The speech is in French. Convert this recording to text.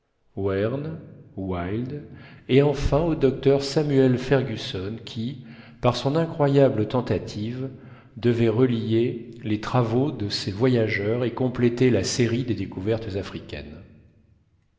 et enfin au docteur samuel fergusson qui par son incroyable tentative devait relier les travaux de ces voyageurs et compléter la série des découvertes africaines